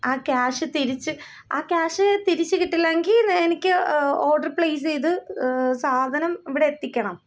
ആ ക്യാഷ് തിരിച്ച് ആ ക്യാഷ് തിരിച്ച്കിട്ടില്ലെങ്കില് എനിക്ക് ഓഡര് പ്ലെസെയ്ത് സാധനം ഇവിടെ എത്തിക്കണം